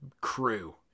crew